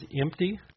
empty